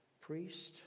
priest